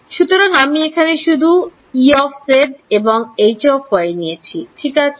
সুতরাং আমি এখানে শুধু এবং নিয়েছি ঠিক আছে